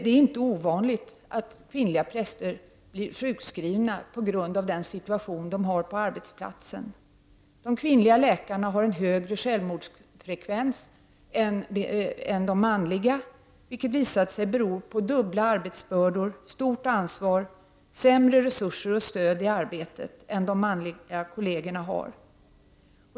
Det är inte ovanligt att kvinnliga präster blir sjukskrivna på grund av den situation de har på arbetsplatsen. De kvinnliga läkarna har en högre självmordsfrekvens än de manliga, vilket har visat sig bero på dubbla arbetsbördor, stort ansvar, sämre resurser och stöd i arbetet än de manliga kollegerna har.